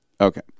Okay